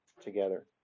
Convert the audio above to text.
together